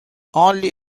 only